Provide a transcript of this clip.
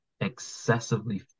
excessively